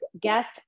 guest